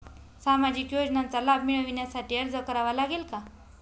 सामाजिक योजनांचा लाभ मिळविण्यासाठी अर्ज करावा लागेल का?